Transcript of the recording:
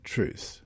Truth